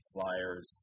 flyers